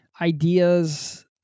ideas